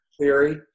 theory